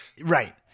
Right